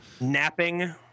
Napping